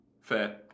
fair